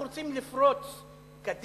אנחנו רוצים לפרוץ קדימה,